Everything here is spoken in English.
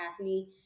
acne